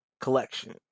collection